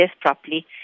properly